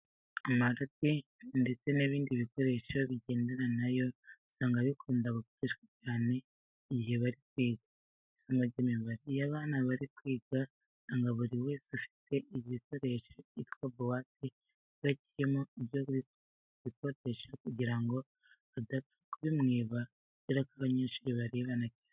Amarati ndetse n'ibindi bikoresho bigendana na yo usanga bikunda gukoreshwa cyane igihe bari kwiga isomo ry'imibare. Iyo abana bari kwiga usanga buri wese afite igikoresho cyitwa buwate kiba kirimo ibyo bikoresho kugira ngo badapfa kubimwiba kubera ko abanyeshuri baribana cyane.